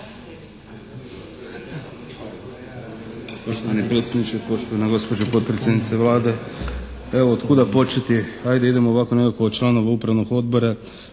Poštovani predsjedniče, poštovana gospođo potpredsjednice Vlade. Evo, od kuda početi? Ajde idemo ovako nekako od članova Upravnog odbora.